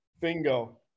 Bingo